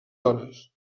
hores